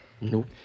Nope